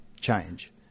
change